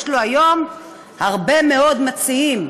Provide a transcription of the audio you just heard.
יש לו היום הרבה מאוד מציעים,